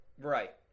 Right